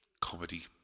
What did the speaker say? comedy